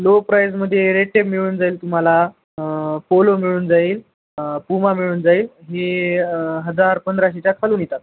low प्राईजमध्ये Red Tape मिळून जाईल तुम्हाला पोलो मिळून जाईल पुमा मिळून जाईल हे हजार पंधराशेच्या खालून येतात